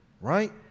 right